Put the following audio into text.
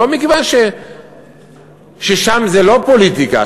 לא מכיוון ששם זה לא פוליטיקה,